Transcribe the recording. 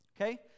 Okay